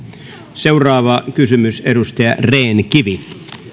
seuraava kysymys edustaja rehn kivi